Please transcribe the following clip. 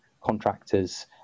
contractors